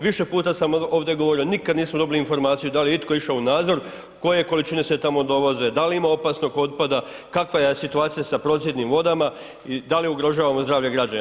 Više puta sam ovdje govorio, nikad nismo dobili informaciju da li je itko išao u nadzor, koje količine se tamo dovoze, da li ima opasnog otpada, kakva je situacija sa procjednim vodama i da li ugrožavamo zdravlje građana?